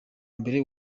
mbere